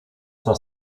sua